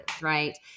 right